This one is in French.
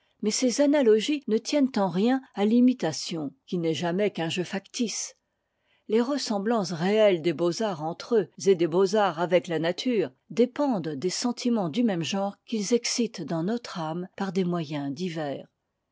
mais ces analogies ne tiennent en rien à l'imitation qui n'est jamais qu'un jeu factice les ressemblances réelles des beaux-arts entre eux et des beaux-arts avec la nature dépendent des sentiments du même genre qu'ils excitent dans notre âme par des moyens divers